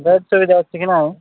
bed ସୁବିଧା ଅଛି କି ନାହିଁ